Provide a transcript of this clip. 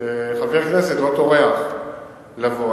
כשחבר הכנסת לא טורח לבוא.